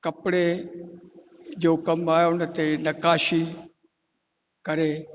कपिड़े जो कमु आहे उन ते नक़ाशी करे